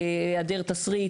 היעדר תסריט.